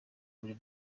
buri